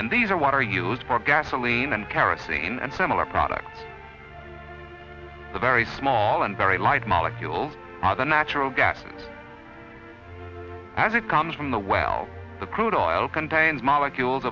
and these are water used for gasoline and kerosene and similar products the very small and very light molecules are the natural gas as it comes from the well the crude oil contains molecules